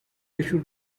issue